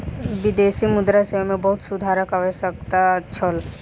विदेशी मुद्रा सेवा मे बहुत सुधारक आवश्यकता छल